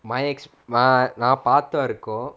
my ex நான் பாத்த வரைக்கும்:naan paatha varaikum